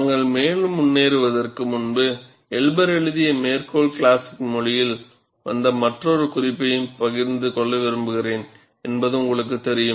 நாங்கள் மேலும் முன்னேறுவதற்கு முன்பு எல்பர் எழுதிய மேற்கோள் கிளாசிக் மொழியில் வந்த மற்றொரு குறிப்பையும் பகிர்ந்து கொள்ள விரும்புகிறேன் என்பது உங்களுக்குத் தெரியும்